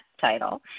title